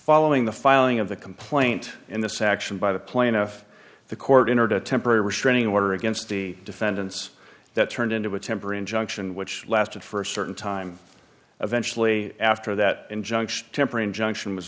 following the filing of the complaint in this action by the plaintiff the court entered a temporary restraining order against the defendants that turned into a temporary injunction which lasted for a certain time eventually after that injunction temporary injunction was